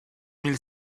mille